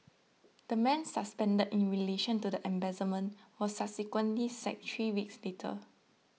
the man suspended in relation to the embezzlement was subsequently sacked three weeks later